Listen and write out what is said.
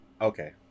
Okay